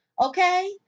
okay